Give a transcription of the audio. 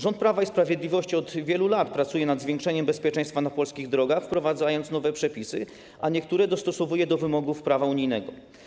Rząd Prawa i Sprawiedliwości od wielu lat pracuje nad zwiększeniem bezpieczeństwa na polskich drogach, wprowadzając nowe przepisy, a niektóre dostosowując do wymogów prawa unijnego.